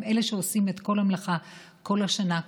הם אלה שעושים את כל המלאכה כל השנה,